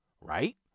Right